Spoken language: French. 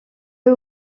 eux